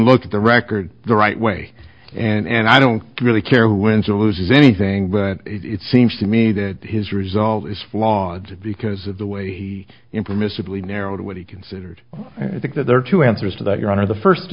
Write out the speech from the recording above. look at the record the right way and i don't really care who wins or loses anything but it seems to me that his result is flawed because of the way he impermissibly narrowed what he considered i think that there are two answers to that your honor the first